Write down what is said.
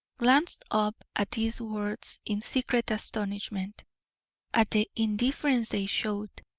glanced up at these words in secret astonishment at the indifference they showed,